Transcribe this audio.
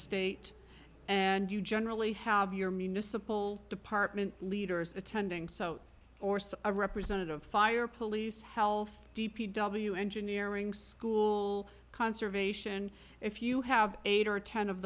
state and you generally have your municipal department leaders attending so or so a representative fire police health d p w engineering school conservation if you have eight or ten of